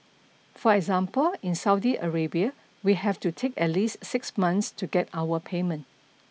for example in Saudi Arabia we have to take at least six months to get our payment